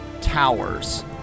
towers